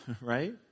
right